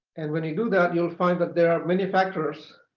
and when you do that, you'll find that there are many factors